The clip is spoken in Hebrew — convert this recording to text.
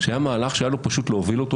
שהיה מהלך שלדעתי היה לא פשוט להוביל אותו,